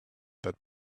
that